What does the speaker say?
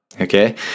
okay